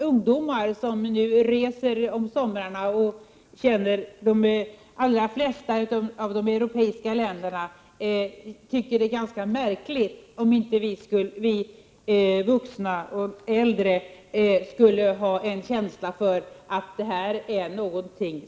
Ungdomar som reser om somrarna och känner till de allra flesta av de europeiska länderna finner det nog märkligt om inte vi vuxna har känsla för ett sådant samarbete.